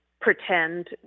pretend